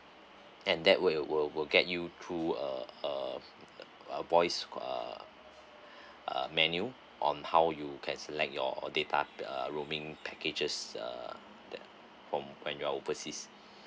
and that will will will get you through uh uh uh voice uh uh menu on how you can select your data uh roaming packages uh that from when you're overseas